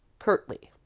curtly.